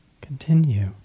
continue